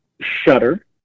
Shudder